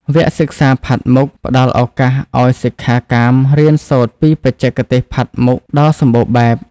វគ្គសិក្សាផាត់មុខ ផ្តល់ឱកាសឱ្យសិក្ខាកាមរៀនសូត្រពីបច្ចេកទេសផាត់មុខដ៏សម្បូរបែប។